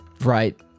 Right